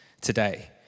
today